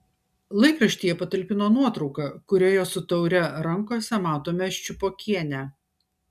laikraštyje patalpino nuotrauką kurioje su taure rankose matome ščiupokienę